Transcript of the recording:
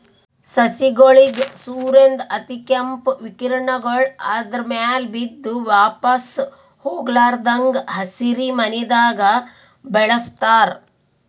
ಸಸಿಗೋಳಿಗ್ ಸೂರ್ಯನ್ದ್ ಅತಿಕೇಂಪ್ ವಿಕಿರಣಗೊಳ್ ಆದ್ರ ಮ್ಯಾಲ್ ಬಿದ್ದು ವಾಪಾಸ್ ಹೊಗ್ಲಾರದಂಗ್ ಹಸಿರಿಮನೆದಾಗ ಬೆಳಸ್ತಾರ್